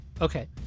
Okay